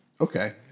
Okay